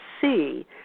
see